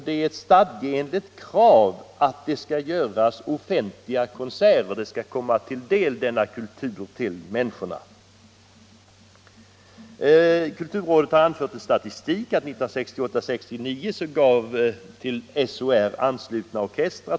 Det är ett stadgeenligt krav att orkestrarna skall ge offentliga konserter så att människorna kan få del av denna kultur.